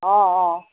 অঁ অঁ